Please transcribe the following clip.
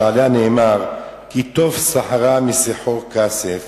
שעליה נאמר: "כי טוב סחרה מסחר כסף